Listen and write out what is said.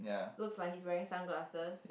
looks like he is wearing sunglasses